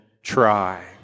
try